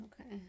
Okay